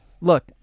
look